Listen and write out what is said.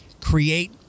create